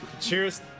cheers